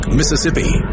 Mississippi